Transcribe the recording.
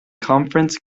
conference